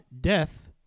death